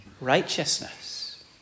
righteousness